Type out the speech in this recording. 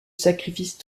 sacrifice